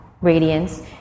radiance